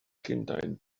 llundain